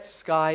sky